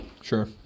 Sure